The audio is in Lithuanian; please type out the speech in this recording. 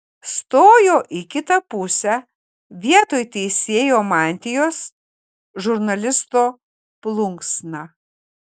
stojo į kitą pusę vietoj teisėjo mantijos žurnalisto plunksna